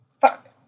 Fuck